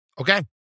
Okay